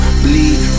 bleed